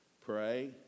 Pray